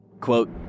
quote